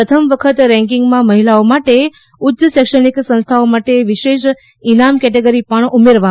પ્રથમ વખત રેન્કિંગમાં મહિલાઓ માટે ઉચ્ય શૈક્ષણિક સંસ્થાઓ માટે વિશેષ ઇનામ કેટેગરી પણ ઉમેરવામાં આવે છે